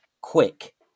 quick